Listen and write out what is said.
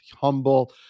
humble